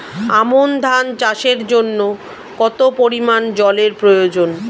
আমন ধান চাষের জন্য কত পরিমান জল এর প্রয়োজন?